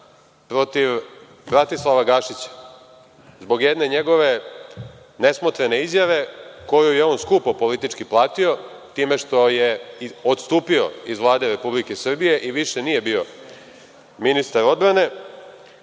protiv Bratislava Gašića. Zbog jedne njegove nesmotrene izjave koju je on skupo politički platio, time što je odstupio iz Vlade RS i više nije bio ministar odbrane,